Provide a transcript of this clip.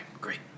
great